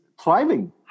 thriving